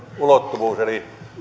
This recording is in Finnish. ulottuvuus eli